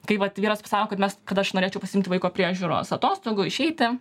kai vat vyras pasako kad mes kad aš norėčiau pasiimti vaiko priežiūros atostogų išeiti